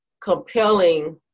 compelling